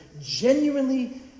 genuinely